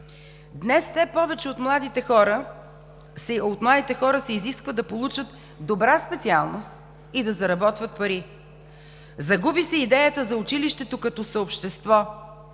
Днес все повече от младите хора се изисква да получат добра специалност и да заработват пари. Загуби се идеята за училището като съобщество,